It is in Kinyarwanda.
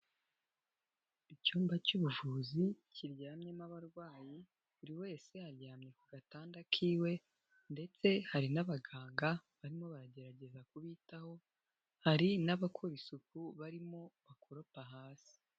Icyumba cy'ubuvuzi kiryamyemo abarwayi, buri wese aryamye ku gatanda k'iwe ndetse hari n'abaganga barimo baragerageza kubitaho, hari n'abakora isuku barimo bakoropa hasi.